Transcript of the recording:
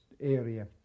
area